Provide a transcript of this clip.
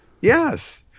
Yes